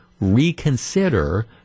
reconsider